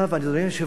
אדוני היושב-ראש,